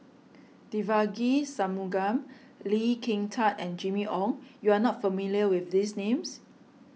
Devagi Sanmugam Lee Kin Tat and Jimmy Ong you are not familiar with these names